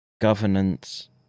governance